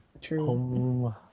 True